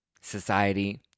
society